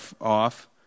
off